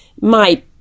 My